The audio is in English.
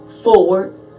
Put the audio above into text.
forward